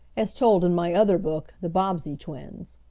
as told in my other book the bobbsey twins.